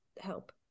help